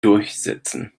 durchsetzen